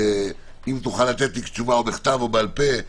אם תוכל לענות לי בכתב או בעל פה,